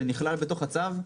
שנכלל בתוך הצו,